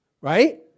right